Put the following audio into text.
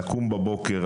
לקום בבוקר,